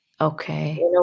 Okay